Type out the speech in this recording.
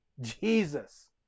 Jesus